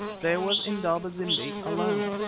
there was indaba-zimbi alone.